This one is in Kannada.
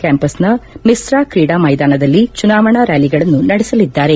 ಕ್ಚಾಂಪಸ್ನ ಮಿಸ್ತಾ ಕ್ರೀಡಾ ಮೈದಾನದಲ್ಲಿ ಚುನಾವಣಾ ರ್ಾಲಿಗಳನ್ನು ನಡೆಸಲಿದ್ದಾರೆ